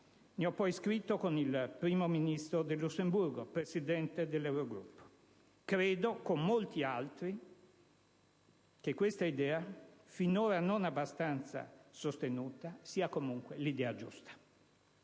Ne ho poi scritto con il Primo ministro del Lussemburgo, Presidente dell'Eurogruppo. Credo, con molti altri, che questa idea - finora non abbastanza sostenuta - sia comunque l'idea giusta.